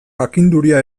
jakinduria